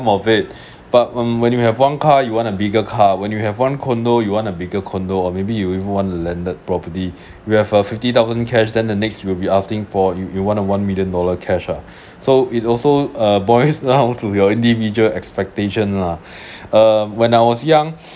of it but um where do you have one car you want a bigger car when you have one condo you want a bigger condo or maybe you even want a landed property we have a fifty thousand cash then the next we'll be asking for you you want a one million dollar cash lah so it also uh boils now to their individual expectation lah uh when I was young